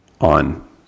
on